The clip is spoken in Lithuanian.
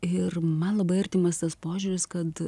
ir man labai artimas tas požiūris kad